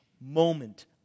moment